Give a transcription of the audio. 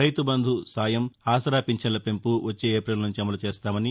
రైతుబంధు సాయం ఆసరా పింఛన్ల పెంపు వచ్చే ఏపిల్ నుంచి అమలు చేస్తామని